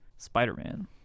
Spider-Man